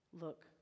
Look